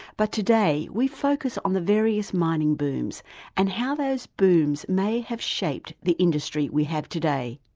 but today we focus on the various mining booms and how those booms may have shaped the industry we have today.